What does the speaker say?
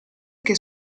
che